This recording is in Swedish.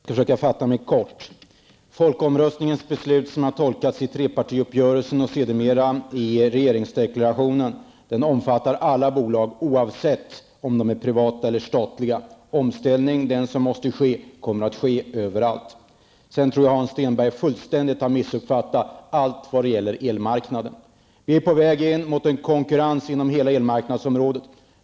Herr talman! Jag skall försöka fatta mig kort. Folkomröstningens beslut som har tolkats i trepartiuppgörelsen och sedermera i regeringsdeklarationen omfattar alla bolag oavsett om de är privata eller statliga. Den omställning som måste ske kommer att ske överallt. Jag tror att Hans Stenberg fullständigt har missuppfattat allt när det gäller elmarknaden. Vi är på väg mot en konkurrens inom hela elmarknadsområdet.